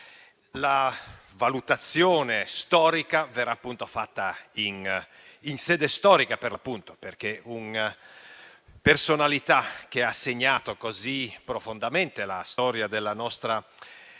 La valutazione storica verrà fatta in sede storica, per l'appunto, perché una personalità che ha segnato così profondamente la storia della nostra